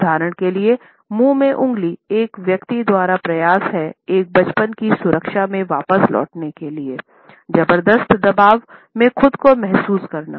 उदाहरण के लिए मुँह में उंगली एक व्यक्ति द्वारा प्रयास हैं एक बचपन की सुरक्षा में वापस लौटने के लिए जबर्दस्त दबाव में खुद को महसूस करना